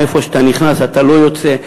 מאיפה שאתה נכנס אתה לא יוצא.